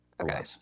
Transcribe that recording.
Okay